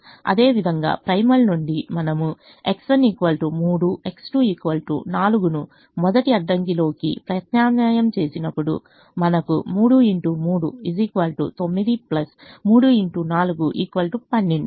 అదేవిధంగా ప్రైమల్ నుండి మనము X1 3 X2 4 ను మొదటి అడ్డంకిలోకి ప్రత్యామ్నాయం చేసినప్పుడు మనకు 9 12